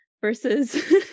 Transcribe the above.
versus